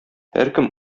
һәркем